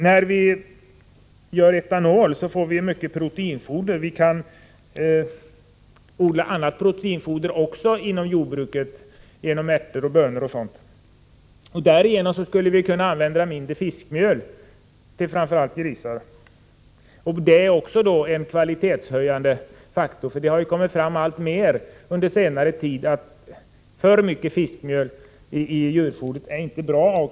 När vi framställer etanol får vi mycket proteinfoder. Men vi kan odla annat proteinfoder också inom jordbruket: ärter, bönor o. d. Därigenom skulle vi kunna använda mindre fiskmjöl. Detta skulle också vara en kvalitetshöjande faktor, för det har ju under senare tid kommit fram uppgifter som visar att alltför mycket fiskmjöl i djurfodret inte är bra.